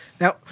Now